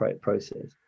process